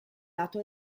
lato